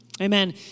Amen